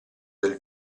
del